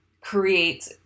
create